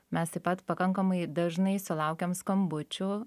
mes taip pat pakankamai dažnai sulaukiam skambučių